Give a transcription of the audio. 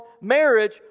marriage